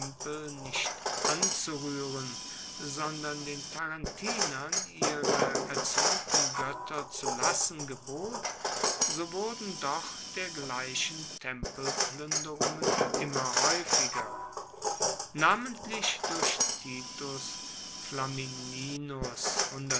nicht anzuruehren sondern den tarentinern ihre erzuernten goetter zu lassen gebot so wurden doch dergleichen tempelpluenderungen immer haeufiger namentlich durch titus